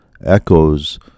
echoes